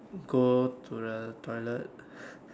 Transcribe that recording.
go to the toilet